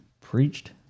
preached